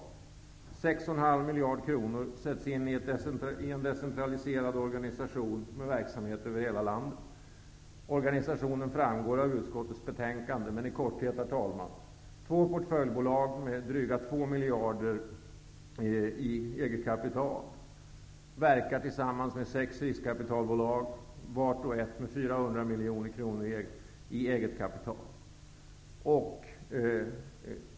Det är meningen att 6,5 miljarder kronor skall sättas in i en decentraliserad organisation med verksamhet över hela landet. Organisationen framgår av utskottets betänkande, men i korthet skall den bestå av två portföljbolag med drygt 2 miljarder i eget kapital. Dessa portföljbolag skall verka tillsammans med sex riskkapitalbolag, vart och ett med 400 miljoner kronor i eget kapital.